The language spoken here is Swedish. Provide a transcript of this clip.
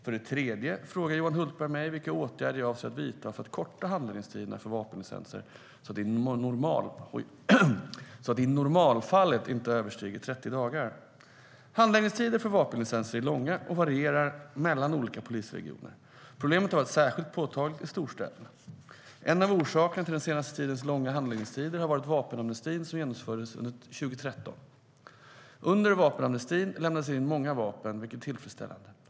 För det tredje frågar Johan Hultberg mig vilka åtgärder jag avser att vidta för att korta handläggningstiderna för vapenlicenser så att de i normalfallet inte överstiger 30 dagar. Handläggningstiderna för vapenlicenser är långa och varierar mellan olika polisregioner. Problemet har varit särskilt påtagligt i storstäderna. En av orsakerna till den senaste tidens långa handläggningstider har varit vapenamnestin som genomfördes under 2013. Under vapenamnestin lämnades det in många vapen, vilket är tillfredsställande.